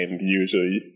usually